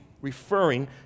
referring